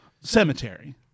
cemetery